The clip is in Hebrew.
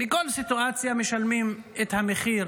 תמיד, בכל סיטואציה משלמים את המחיר